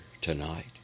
tonight